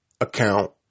account